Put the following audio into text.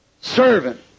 servant